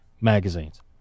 magazines